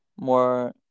more